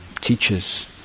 teachers